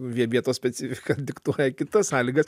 vie vietos specifika diktuoja kitas sąlygas